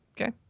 Okay